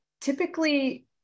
typically